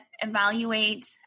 evaluate